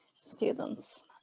students